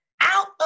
out